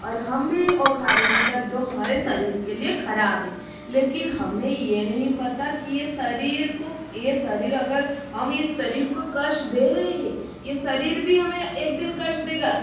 और हम भी वो खा रहे मतलब जो हमारे शरीर के लिए खराब है लेकिन हमें ये नहीं पता की ये शरीर को ये शरीर अगर हम इस शरीर को कष्ट दे रहे है ये शरीर भी हमें एक दिन कष्ट देगा